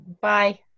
Bye